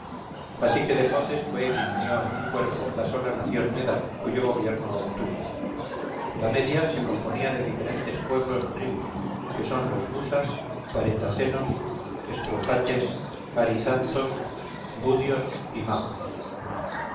así que dejoces fue quien unió en un cuerpo la sola nación meda cuyo gobierno obtuvo la media se componía de diferentes pueblos o tribus que son los busas paretacenos estrujates arizantos budios y magos